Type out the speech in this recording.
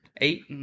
Eight